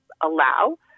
allow